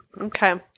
Okay